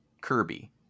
kirby